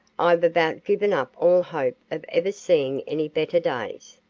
i've about given up all hope of ever seeing any better days.